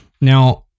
Now